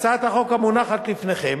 בהצעת החוק המונחת לפניכם